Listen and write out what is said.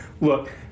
Look